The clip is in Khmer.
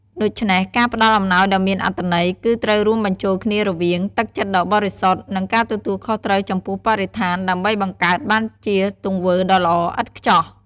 ដូច្នេះ ការផ្តល់អំណោយដ៏មានអត្ថន័យ គឺត្រូវរួមបញ្ចូលគ្នារវាង ទឹកចិត្តដ៏បរិសុទ្ធ និង ការទទួលខុសត្រូវចំពោះបរិស្ថាន ដើម្បីបង្កើតបានជាទង្វើដ៏ល្អឥតខ្ចោះ។